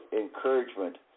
encouragement